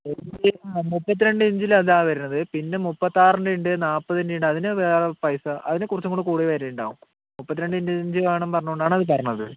ആ മുപ്പത്തിരണ്ട് ഇഞ്ചിൽ അതാണ് വരണത് പിന്നെ മുപ്പത്താറിൻ്റെ ഉണ്ട് നാപ്പതിൻ്റെ ഉണ്ട് അതിന് വേറെ പ്രൈസാണ് അതിന് കുറച്ചുംകൂടി കൂടുതൽ വില ഉണ്ടാവും മുപ്പത്തിരണ്ടിൻ്റെ ഇഞ്ച് വേണം പറഞ്ഞതുകൊണ്ടാണ് അത് പറഞ്ഞത്